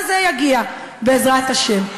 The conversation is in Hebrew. גם זה יגיע, בעזרת השם.